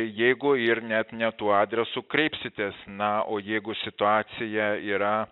jeigu ir net ne tuo adresu kreipsitės na o jeigu situacija yra